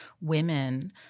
women